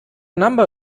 number